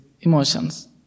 emotions